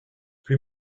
plus